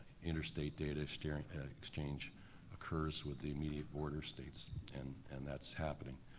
inter-state data exchange exchange occurs with the immediate border states and and that's happening.